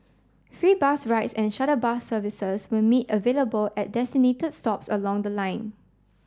free bus rides and shuttle bus service were made available at designated stops along the line